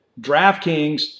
DraftKings